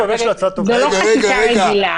זו לא חקיקה רגילה.